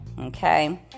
Okay